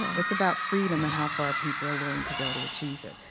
it's about freedom and how far people are willing to go to achieve it.